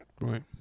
Right